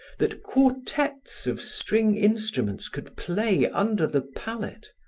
that quartets of string instruments could play under the palate,